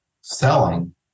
selling